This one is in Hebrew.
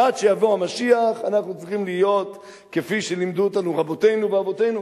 ועד שיבוא המשיח אנחנו צריכים להיות כפי שלימדו אותנו רבותינו ואבותינו,